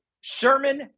Sherman